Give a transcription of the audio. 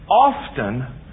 often